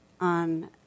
on